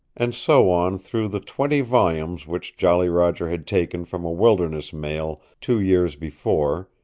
and so on through the twenty volumes which jolly roger had taken from a wilderness mail two years before,